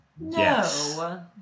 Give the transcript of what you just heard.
No